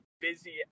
busy